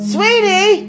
Sweetie